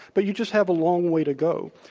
but you just have a long way to go.